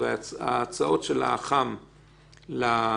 או יש לנו התאמה בדנ"א,